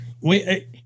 wait